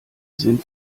sind